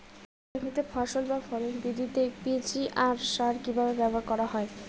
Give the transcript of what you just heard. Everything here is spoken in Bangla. জমিতে ফসল বা ফলন বৃদ্ধিতে পি.জি.আর সার কীভাবে ব্যবহার করা হয়?